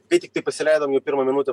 kai tiktai pasileidom jau pirmą minutę